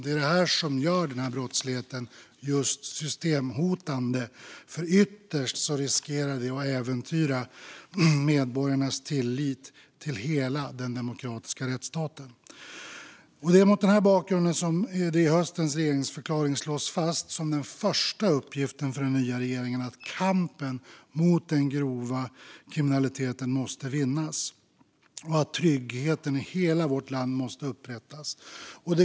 Det är detta som gör den här brottsligheten just systemhotande, för ytterst riskerar detta att äventyra medborgarnas tillit till hela den demokratiska rättsstaten. Det är mot den här bakgrunden som det i höstens regeringsförklaring slås fast som den första uppgiften för den nya regeringen att kampen mot den grova kriminaliteten måste vinnas och att tryggheten i hela vårt land måste återupprättas.